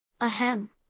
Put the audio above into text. Ahem